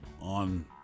on